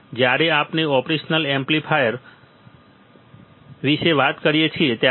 જો તમને આ મુદ્દાઓ યાદ હોય તો તે ઘણા માર્ગો ઉપર પુનરાવર્તિત થાય છે જ્યારે આપણે ઓપરેશનલ એમ્પ્લીફાયર વિશે વાત કરીએ છીએ